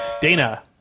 Dana